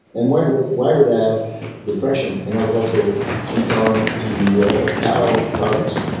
and why would why would i have depression? and i was also intolerant to cow products.